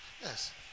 Yes